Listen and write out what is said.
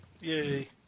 Yay